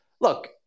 look